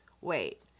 wait